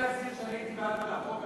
אני רוצה להצהיר שאני הייתי בעד החוק,